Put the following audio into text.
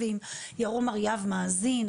ואם ירום אריאב מאזין,